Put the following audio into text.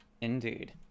Indeed